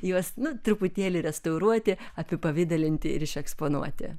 juos na truputėlį restauruoti apipavidalinti ir iš eksponuoti